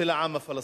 של העם הפלסטיני?